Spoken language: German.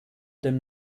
dem